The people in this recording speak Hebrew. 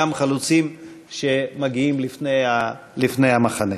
חלוצים שמגיעים לפני המחנה.